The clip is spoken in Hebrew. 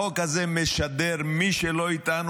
החוק הזה משדר: מי שלא איתנו,